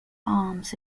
arms